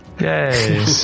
Yay